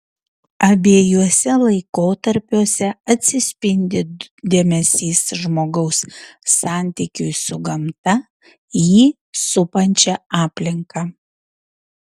abiejuose laikotarpiuose atsispindi dėmesys žmogaus santykiui su gamta jį supančia aplinka